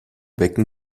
wecken